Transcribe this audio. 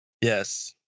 Yes